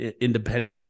independent